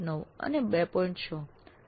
9 અને 2